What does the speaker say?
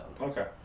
Okay